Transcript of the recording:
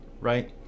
Right